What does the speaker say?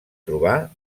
trobar